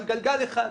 על גלגל אחד.